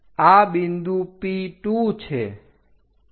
આ બિંદુ P2 છે